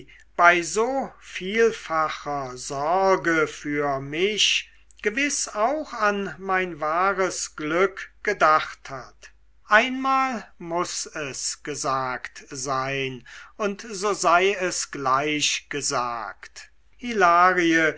bei so vielfacher sorge für mich gewiß auch an mein wahres glück gedacht hat einmal muß es gesagt sein und so sei es gleich gesagt